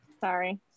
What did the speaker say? sorry